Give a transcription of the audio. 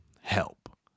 help